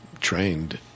trained